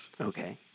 Okay